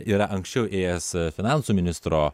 yra anksčiau ėjęs finansų ministro